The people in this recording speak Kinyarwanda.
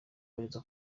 boherezwa